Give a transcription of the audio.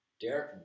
Derek